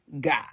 God